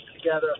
together